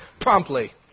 promptly